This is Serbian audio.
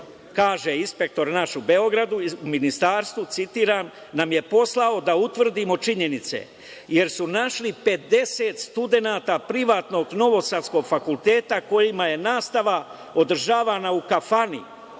kaže inspektor naš u Beogradu u Ministarstvu, nam je poslao da utvrdimo činjenice jer su našli 50 studenata privatnog novosadskog fakulteta kojima je nastava održavana u kafani.